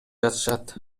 жатышат